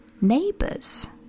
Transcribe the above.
Neighbours